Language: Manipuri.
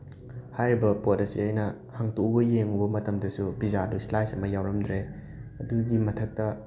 ꯍꯥꯏꯔꯤꯕ ꯄꯣꯠ ꯑꯁꯤ ꯑꯩꯅ ꯍꯥꯡꯇꯣꯛꯎꯕ ꯌꯦꯡꯉꯨꯕ ꯃꯇꯝꯗꯁꯨ ꯄꯤꯖꯥꯗꯣ ꯏꯁꯂꯥꯏꯁ ꯑꯃ ꯌꯥꯎꯔꯝꯗ꯭ꯔꯦ ꯑꯗꯨꯒꯤ ꯃꯊꯛꯇ